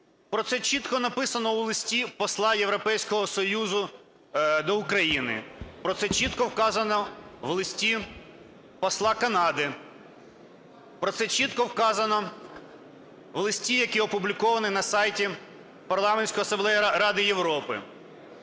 Про це чітко написано у листі посла Європейського Союзу до України. Про це чітко вказано в листі посла Канади. Про це чітко вказано в листі, який опублікований на сайті Парламентської асамблеї Ради Європи.